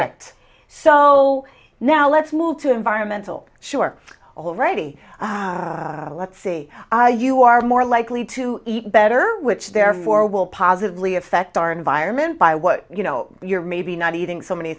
it so now let's move to environmental sure already let's see you are more likely to eat better which therefore will positively affect our environment by what you know you're maybe not eating so many